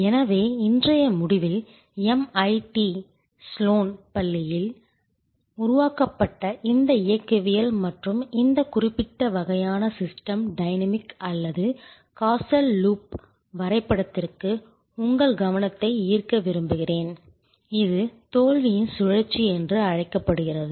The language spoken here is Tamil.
எனவே இன்றைய முடிவில் MIT ஸ்லோன் பள்ளியில் உருவாக்கப்பட்ட இந்த இயக்கவியல் மற்றும் இந்த குறிப்பிட்ட வகையான சிஸ்டம் டைனமிக் அல்லது காசல் லூப் வரைபடத்திற்கு உங்கள் கவனத்தை ஈர்க்க விரும்புகிறேன் இது தோல்வியின் சுழற்சி என்று அழைக்கப்படுகிறது